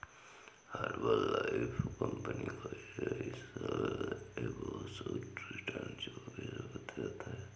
Herbalife company का इस साल एब्सोल्यूट रिटर्न चौबीस प्रतिशत है